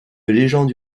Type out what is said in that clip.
légende